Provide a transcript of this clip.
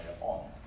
on